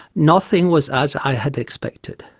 nothing was as i had expected.